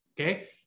okay